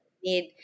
need